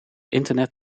internet